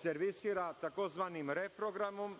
servisira tzv. reprogramom,